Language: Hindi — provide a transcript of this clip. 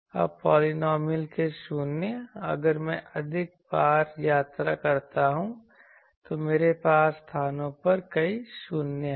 अब पॉलिनॉमियल के शून्य अगर मैं अधिक बार यात्रा करता हूं तो मेरे पास स्थानों पर कई शून्य हैं